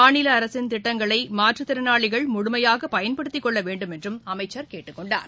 மாநில அரசின் திட்டங்களை மாற்றுத்திறனாளிகள் முழுமையாக பயன்படுத்திக் கொள்ள வேண்டும் என்றும் அமைச்சர் கேட்டுக் கொண்டார்